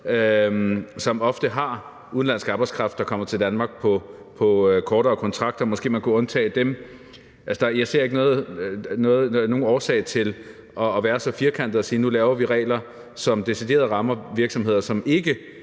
som ofte har udenlandsk arbejdskraft, der kommer til Danmark på kortere kontrakter, og måske man kunne tage dem. Jeg ser ikke nogen årsag til at være så firkantet og sige, at nu laver vi regler, som decideret rammer virksomheder, som har